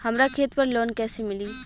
हमरा खेत पर लोन कैसे मिली?